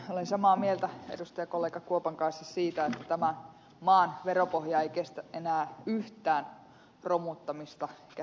olen samaa mieltä edustajakollega kuopan kanssa siitä että tämän maan veropohja ei kestä enää yhtään romuttamista ja heikentämistä